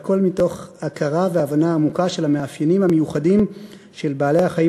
והכול מתוך הכרה והבנה עמוקה של המאפיינים המיוחדים של בעלי-החיים